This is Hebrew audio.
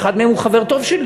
שאחד מהם הוא חבר טוב שלי,